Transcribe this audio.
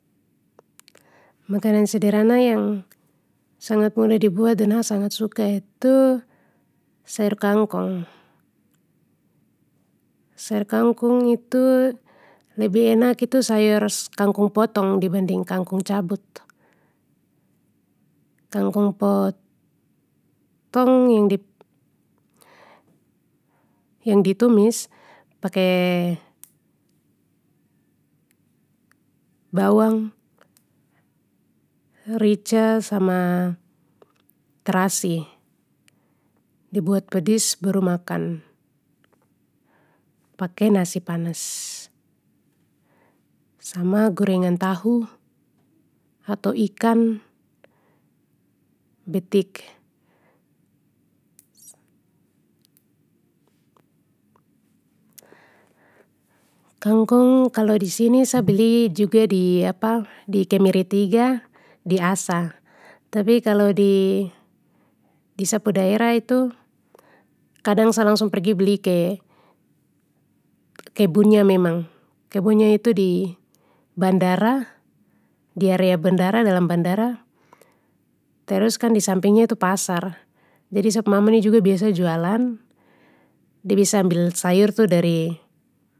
Makanan sederhana yang sangat mudah dibuat dan a sangat suka itu, sayur kangkung. Sayur kangkung itu, lebih enak itu sayur kangkung potong dibanding kangkung cabut. Kangkung potong yang di-yang ditumis pake, bawang, rica sama terasi, dibuat pedis baru makan, pake nasi panas, sama gorengan tahu atau ikan, betik. Kangkung kalo disini sa beli juga di di kemiri tiga di as, tapi kalo di-di sa pu daerah itu, kadang sa langsung pergi beli ke, kebunnya memang, kebunnya itu di bandara, di area bandara dalam bandara, terus kan di sampingnya itu pasar, jadi sap mama ni juga biasa jualan de biasa ambil sayur tu dari.